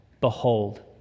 Behold